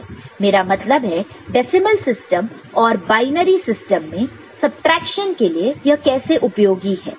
मेरा मतलब है डेसिमल सिस्टम और बायनरी सिस्टममें सबट्रैक्शन के लिए यह कैसे उपयोगी है